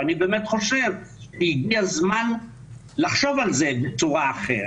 ואני באמת חושב כי הגיע הזמן לחשוב על זה בצורה אחרת.